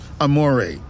amore